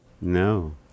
No